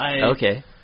Okay